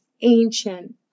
ancient